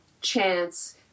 chance